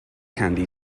candy